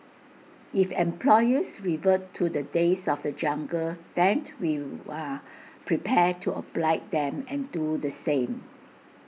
if employers revert to the days of the jungle then we are prepared to oblige them and do the same